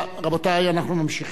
רבותי, אנחנו ממשיכים.